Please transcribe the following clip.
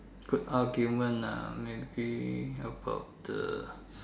good argument ah maybe about the